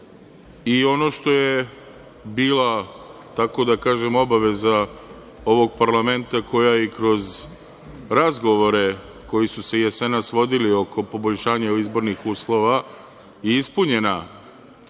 i ono što je bila, tako da kažem, obaveza ovog parlamenta, koja i kroz razgovore koji su se jesenas vodili oko poboljšanja izbornih uslova, je ispunjena